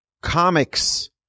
comics